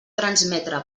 transmetre